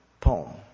poem